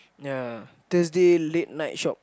ya Thursday late night shop